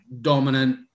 dominant